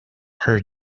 her